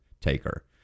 taker